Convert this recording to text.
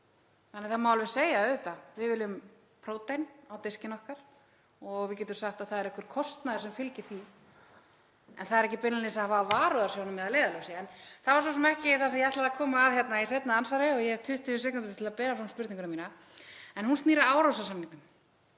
Það má alveg segja að við viljum prótín á diskinn okkar og við getum sagt að það sé einhver kostnaður sem fylgir því, en það er ekki beinlínis að hafa varúðarsjónarmið að leiðarljósi. En það var svo sem ekki það sem ég ætlaði að koma að hérna í seinna andsvari og ég hef 20 sekúndur til að bera fram spurningu mína. Hún snýr að Árósasamningnum